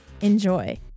Enjoy